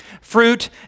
Fruit